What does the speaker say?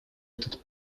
этот